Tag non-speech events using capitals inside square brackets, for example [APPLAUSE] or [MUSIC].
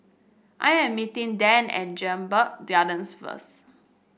I am meeting Dan at Jedburgh [UNINTELLIGIBLE] first